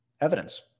evidence